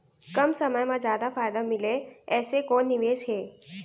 कम समय मा जादा फायदा मिलए ऐसे कोन निवेश हे?